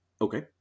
okay